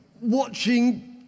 watching